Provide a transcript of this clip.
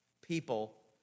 people